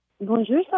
Bonjour